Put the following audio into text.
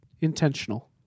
intentional